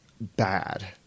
bad